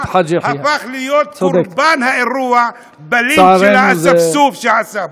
הפך להיות קורבן האירוע בלינץ' שהאספסוף עשה בו.